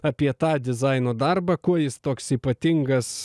apie tą dizaino darbą kuo jis toks ypatingas